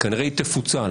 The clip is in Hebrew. כנראה היא תפוצל,